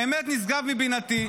באמת נשגב מבינתי.